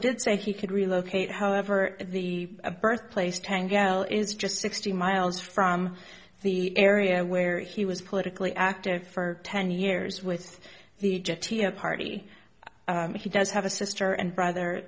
did say he could relocate however the birthplace tangle is just sixty miles from the area where he was politically active for ten years with the jetty a party he does have a sister and brother